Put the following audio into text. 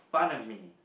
fun of me